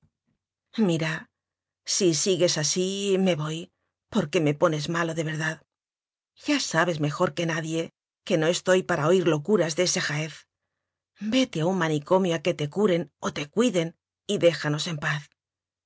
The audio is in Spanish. mira si sigues así me voy porque me pones malo de verdad ya sabes mejor que nadie que no estoy para oir locuras de ese jaez vete a un manicomio a que te curen o te cuiden y déjanos en paz